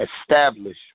establish